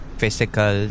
physical